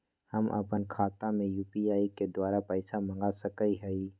हम अपन खाता में यू.पी.आई के द्वारा पैसा मांग सकई हई?